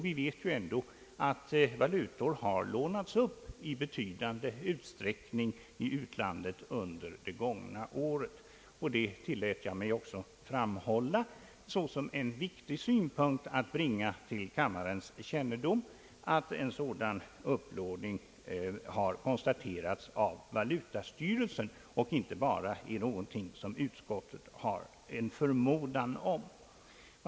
Vi vet att valutor har lånats upp i betydande utsträckning i utlandet under det gångna året, och jag tilllät mig också framhålla såsom en viktig synpunkt att bringa till kammarens kännedom, att en sådan upplåning har konstaterats av valutastyrelsen och inte bara är någonting som utskottet har en förmodan om. Kronkursen är alltså fast på grund av upplåning.